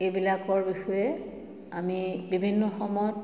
এইবিলাকৰ বিষয়ে আমি বিভিন্ন সময়ত